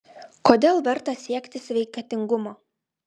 kodėl verta siekti sveikatingumo